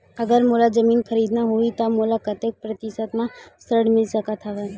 अगर मोला जमीन खरीदना होही त मोला कतेक प्रतिशत म ऋण मिल सकत हवय?